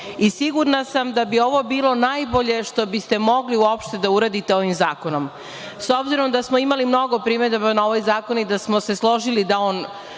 i sigurana sam da bi ovo bilo najbolje što bi ste mogli uopšte da uradite ovim zakonom.S obzirom da smo imali mnogo primedaba na ovaj zakon i da smo se složili da on,